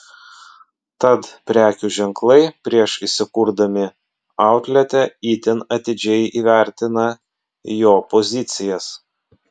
tad prekių ženklai prieš įsikurdami outlete itin atidžiai įvertina jo pozicijas